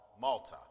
Malta